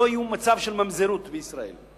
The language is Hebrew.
לא יהיה מצב של ממזרות בישראל.